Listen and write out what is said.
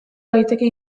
daiteke